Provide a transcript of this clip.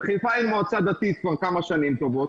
בחיפה אין מועצה דתית כבר כמה שנים טובות.